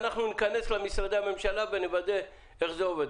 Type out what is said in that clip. אנחנו ניכנס למשרדי הממשלה ונוודא איך זה עובד.